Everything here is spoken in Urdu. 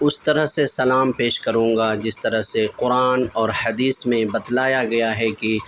اس طرح سے سلام پیش کروں گا جس طرح سے قرآن اور حدیث میں بتلایا گیا ہے کہ